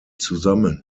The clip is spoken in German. zusammen